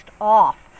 off